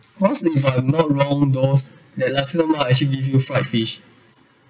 because if I'm not wrong those that nasi lemak actually give you fried fish